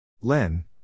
Len